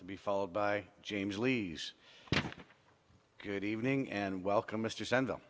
to be followed by james lee's good evening and welcome mr send them